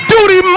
Duty